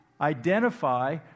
identify